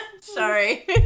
Sorry